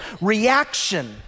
reaction